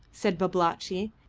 said babalatchi,